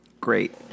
Great